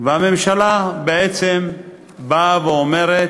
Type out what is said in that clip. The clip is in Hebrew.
והממשלה בעצם באה ואומרת,